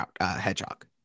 hedgehog